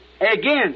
Again